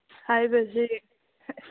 ꯍꯥꯏꯕꯁꯤ